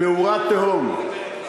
פעורה תהום.